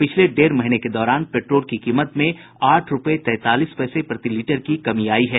पिछले डेढ़ महीने के दौरान पेट्रोल की कीमत में आठ रूपये तैंतालीस पैसे प्रतिलीटर की कमी आयी है